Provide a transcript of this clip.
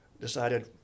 decided